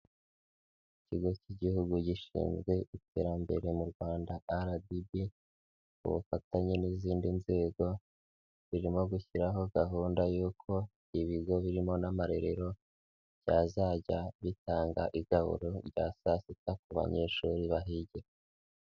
Ikigo cy'igihugu gishinzwe iterambere mu Rwanda RDB, ku bufatanye n'izindi nzego, birimo gushyiraho gahunda y'uko ibigo birimo n'amarerero, byazajya bitanga igaburo rya saa sita ku banyeshuri bahigira.